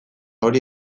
hori